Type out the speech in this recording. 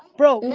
bro,